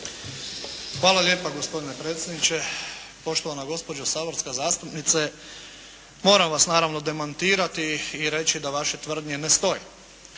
Hvala lijepa. Gospodine predsjedniče. Poštovana gospođo saborska zastupnice, moram vas naravno demantirati i reći da vaše tvrdnje ne stoje.